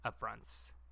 upfronts